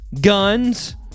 guns